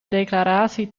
declaratie